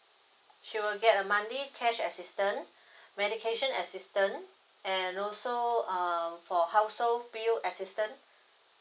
she will get a money cash assistance medication assistance and also um for household bill assistance